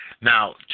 Now